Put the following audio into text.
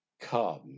Come